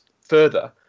further